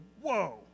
whoa